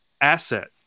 asset